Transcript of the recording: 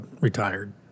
retired